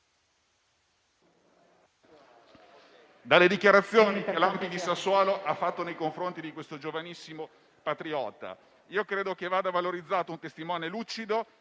dalle dichiarazioni che l'ANPI di Sassuolo ha fatto nei confronti di questo giovanissimo patriota. Credo che vada valorizzato il testimone lucido